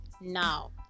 Now